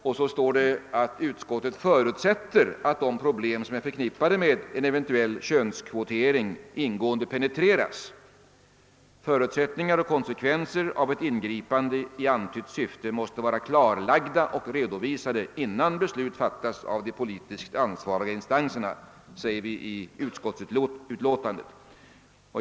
Utskottet påpekar vidare att det »förutsätter att de problem som är förknippade med en eventuell könskvotering ingående penetreras. Förutsättningar och konsekvenser av ett ingripande i antytt syfte måste vara klarlagda och redovisade innan beslut fattas av de politiskt ansvariga instanserna».